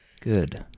Good